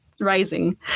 rising